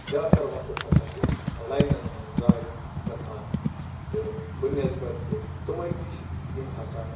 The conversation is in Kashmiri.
زیادٕ تَر وقت ہسا چھِ لاینَن منٛز ضایع گژھان تہٕ بٕنٮ۪سبَت کہِ تِمَن نِش یِم ہسا